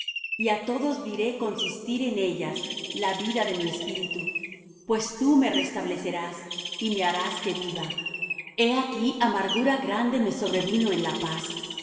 á todos diré consistir en ellas la vida de mi espíritu pues tú me restablecerás y me harás que viva he aquí amargura grande me sobrevino en la paz